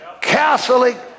Catholic